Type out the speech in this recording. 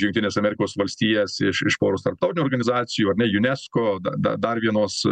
jungtines amerikos valstijas iš iš poros tarptautinių organizacijų ar ne unesco da da dar vienos